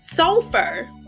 Sulfur